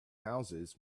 houses